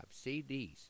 CDs